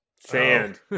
sand